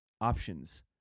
options